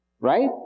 Right